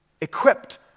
equipped